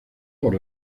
por